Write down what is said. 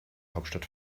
hauptstadt